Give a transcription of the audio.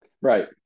Right